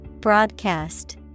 Broadcast